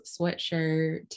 sweatshirt